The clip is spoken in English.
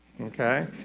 okay